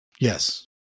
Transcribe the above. Yes